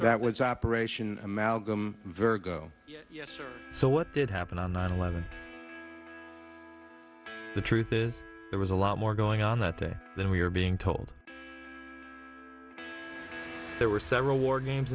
that was operation amalgam virgo so what did happen on nine eleven the truth is there was a lot more going on that day than we are being told there were several war games